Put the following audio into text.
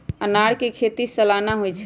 अनारकें खेति सलाना होइ छइ